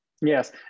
Yes